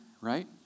right